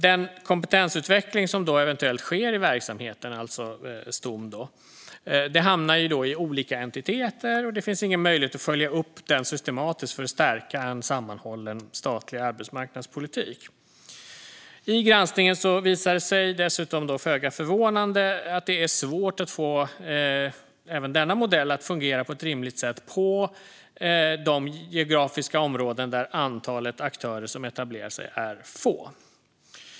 Den kompetensutveckling som då eventuellt sker i verksamheten, Stom, hamnar i olika entiteter, och det finns ingen möjlighet att systematiskt följa upp den för att stärka en sammanhållen statlig arbetsmarknadspolitik. I granskningen visar det sig dessutom föga förvånande att det är svårt att få även denna modell att fungera på ett rimligt sätt inom de geografiska områden där antalet aktörer som etablerar sig är få.